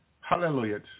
Hallelujah